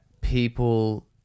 people